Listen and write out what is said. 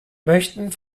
möchten